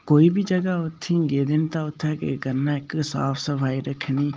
कोई बी जगहा उत्थै गेदे न तां उत्थै केह् करना ऐ इक साफ सफाई रक्खनी